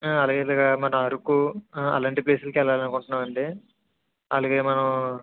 అలాగే ఇలాగ మన అరకు అలాంటి ప్లేసులుకి వెళ్ళాలనుకుంటున్నానండి అలాగే మనం